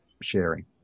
sharing